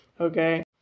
okay